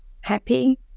happy